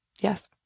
Yes